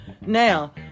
Now